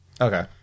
Okay